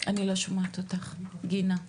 אני לא שומעת אותך, גנה,